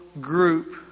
group